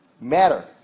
matter